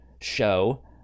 show